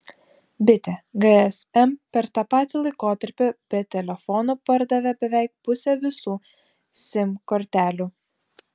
bitė gsm per tą patį laikotarpį be telefonų pardavė beveik pusę visų sim kortelių